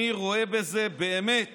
אני רואה בזה באמת